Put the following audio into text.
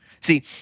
See